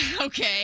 Okay